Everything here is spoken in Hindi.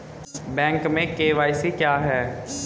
बैंक में के.वाई.सी क्या है?